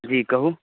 जी कहू